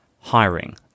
hiring